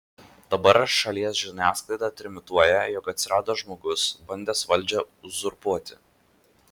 dabar šalies žiniasklaida trimituoja jog atsirado žmogus bandęs valdžią uzurpuoti